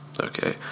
okay